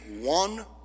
one